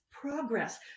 progress